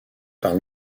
par